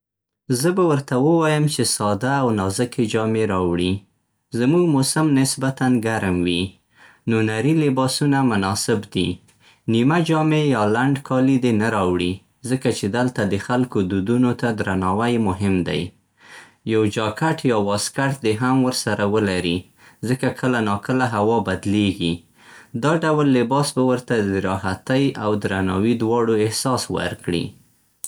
زه به ورته ووایم چې ساده، او نازکې جامې راوړي. زموږ موسم نسبتاً ګرم وي، نو نري لباسونه مناسب دي. نیمه جامې یا لنډ کالې دې نه راوړي، ځکه چې دلته د خلکو دودونو ته درناوی مهم دی. یو جاکټ یا واسکټ دې هم ورسره ولري، ځکه کله ناکله هوا بدلېږي. دا ډول لباس به ورته د راحتۍ او درناوي دواړو احساس ورکړي.